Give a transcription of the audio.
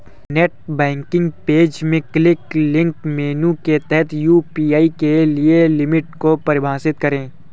net bank page में quick links menu के तहत यू.पी.आई के लिए लिमिट को परिभाषित करें